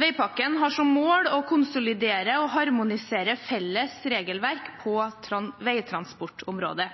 Veipakken har som mål å konsolidere og harmonisere felles regelverk på vegtransportområdet.